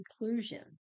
inclusion